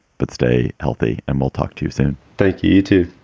but stay healthy and we'll talk to you soon thank you to